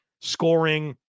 scoring